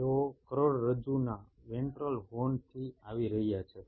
તેઓ કરોડરજ્જુના વેન્ટ્રલ હોર્નથી આવી રહ્યા છે